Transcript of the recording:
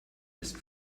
ist